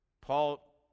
Paul